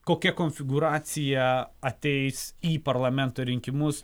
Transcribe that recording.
kokia konfigūracija ateis į parlamento rinkimus